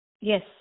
Yes